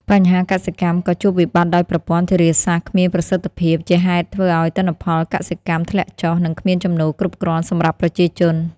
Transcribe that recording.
បញ្ជាកសិកម្ម ក៏ជួបវិបត្តិដោយប្រព័ន្ធធារាសាស្រ្តគ្មានប្រសិទ្ឋភាព ជាហេតុធ្វើឲ្យទិន្នផលកសិកម្មធ្លាក់ចុះ និងគ្មានចំណូលគ្រប់គ្រាន់សម្រាប់ប្រជាជន។